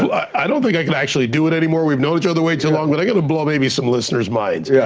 i don't think i can actually do it anymore. we've known each other way too long, but i'm gonna blow maybe some listener minds. yeah